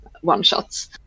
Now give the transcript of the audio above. one-shots